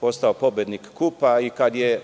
postao pobednik KUP-a i kada je